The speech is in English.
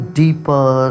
deeper